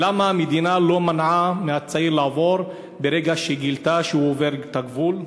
למה המדינה לא מנעה מהצעיר לעבור ברגע שהיא גילתה שהוא עובר את הגבול?